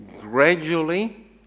Gradually